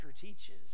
teaches